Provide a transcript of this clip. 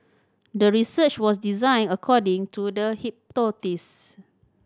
the research was designed according to the hypothesis